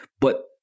but-